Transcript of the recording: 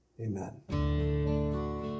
Amen